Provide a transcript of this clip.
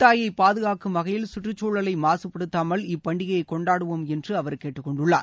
தாயை பாதுகாக்கும் வகையில் கற்றுச் சூலை மாசுப்படுத்தாமல் இப்பண்டிகையை பூமி கொண்டாடுவோம் என்றும் அவர் கேட்டுக்கொண்டுள்ளார்